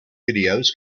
videos